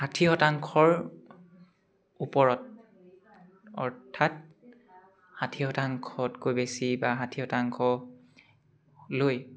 ষাঠি শতাংশৰ ওপৰত অৰ্থাৎ ষাঠি শতাংশতকৈ বেছি বা ষাঠি শতাংশ লৈ